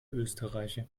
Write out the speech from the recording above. österreicher